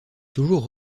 toujours